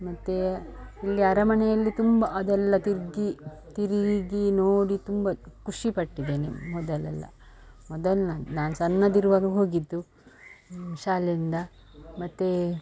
ಮತ್ತು ಇಲ್ಲಿ ಅರಮನೆಯಲ್ಲಿ ತುಂಬ ಅದೆಲ್ಲ ತಿರುಗಿ ತಿರುಗಿ ನೋಡಿ ತುಂಬ ಖುಷಿ ಪಟ್ಟಿದ್ದೇನೆ ಮೊದಲೆಲ್ಲ ಮೊದಲ್ನೆದು ನಾನು ಸಣ್ಣಲ್ಲಿರುವಾಗ ಹೋಗಿದ್ದು ಶಾಲೆಯಿಂದ ಮತ್ತು